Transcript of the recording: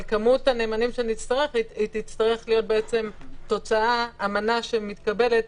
אבל כמות הנאמנים שנצטרף תצטרך להיות המנה שמתקבלת